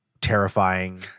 terrifying